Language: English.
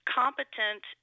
competent